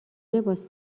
لباس